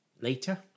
later